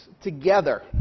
together